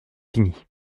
fini